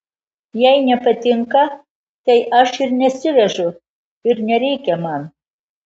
jei nepatinka tai aš ir nesivežu ir nereikia man